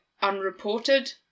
unreported